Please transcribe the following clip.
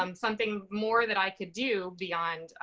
um something more that i could do beyond,